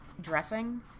dressing